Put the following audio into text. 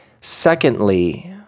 Secondly